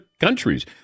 countries